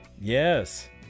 Yes